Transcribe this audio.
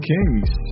Kings